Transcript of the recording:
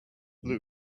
blue